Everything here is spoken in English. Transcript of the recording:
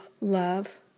love